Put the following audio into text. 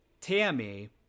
Tammy